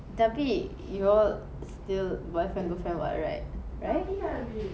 tapi you all still boyfriend girlfriend [what] right right